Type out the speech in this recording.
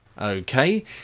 Okay